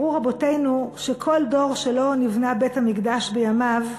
אמרו רבותינו, שכל דור שלא נבנה בית-המקדש בימיו,